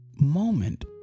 moment